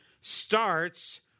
starts